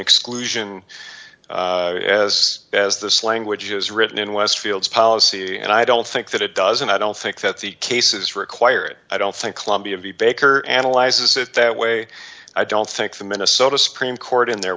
exclusion as as this language is written in westfields policy and i don't think that it does and i don't think that the cases require it i don't think lobby of the baker analyzes it that way i don't think the minnesota supreme court in the